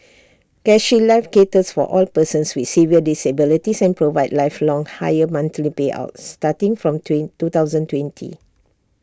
CareShield life caters for all persons with severe disabilities and provides lifelong higher monthly payouts starting from twin two thousand twenty